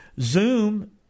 Zoom